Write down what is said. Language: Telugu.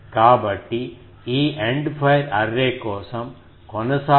కాబట్టి ఈ ఎండ్ ఫైర్ అర్రే కోసం కొనసాగడానికి ఇది ఒక మార్గం